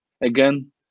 again